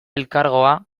elkargoa